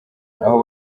aho